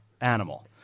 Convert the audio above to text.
animal